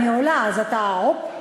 אני עולה, אז אתה, הופ.